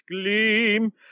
gleam